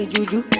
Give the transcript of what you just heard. Juju